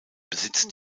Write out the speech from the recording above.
besitzt